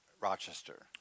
Rochester